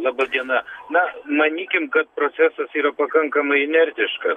laba diena na manykim kad procesas yra pakankamai inertiškas